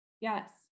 yes